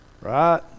Right